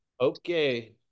Okay